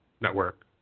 network